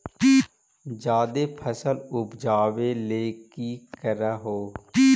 जादे फसल उपजाबे ले की कर हो?